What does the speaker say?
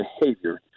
behavior